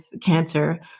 cancer